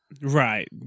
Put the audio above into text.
Right